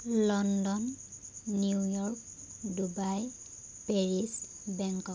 London New York Dubai Paris Bangkok